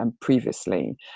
previously